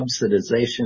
subsidization